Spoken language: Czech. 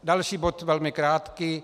Další bod je velmi krátký.